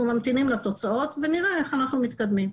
ואנחנו ממתינים לתוצאות ונראה איך אנחנו מתקדמים.